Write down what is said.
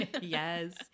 yes